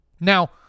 Now